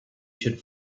should